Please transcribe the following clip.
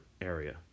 area